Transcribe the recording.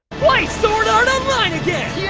play sword art online again!